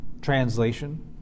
translation